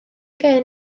gêm